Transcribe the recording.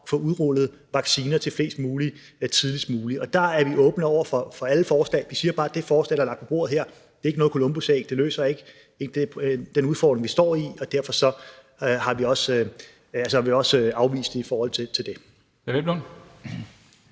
få udrullet vacciner til flest mulige tidligst muligt, og der er vi åbne over for alle forslag. Vi siger bare, at det forslag, der er lagt på bordet her, ikke er noget columbusæg. Det løser ikke den udfordring, vi står over for, og derfor har vi også afvist forslaget.